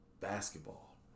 basketball